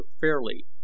fairly